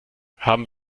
haben